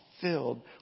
filled